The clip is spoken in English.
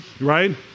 right